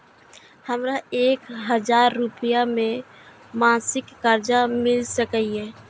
हमरा एक हजार रुपया के मासिक कर्जा मिल सकैये?